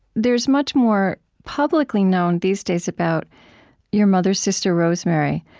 there's much more publicly known, these days, about your mother's sister, rosemary,